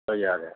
صحیح آ رہے ہیں